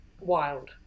wild